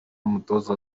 umutoza